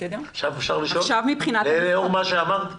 עכשיו אפשר לשאול לאור מה שאמרת?